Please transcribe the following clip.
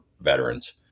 veterans